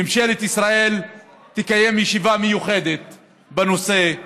ממשלת ישראל תקיים ישיבה מיוחדת בנושא,